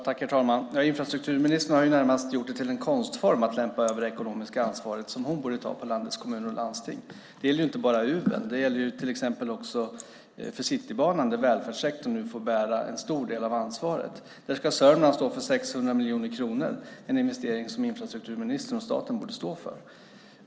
Herr talman! Infrastrukturministern har närmast gjort det till en konstform att lämpa över det ekonomiska ansvar som hon borde ta på landets kommuner och landsting. Det gäller inte bara Uven utan också till exempel Citybanan där välfärdssektorn nu får bära en stor del av ansvaret. Där ska Sörmland stå för 600 miljoner, en investering som infrastrukturministern och staten borde stå för.